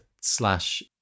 Slash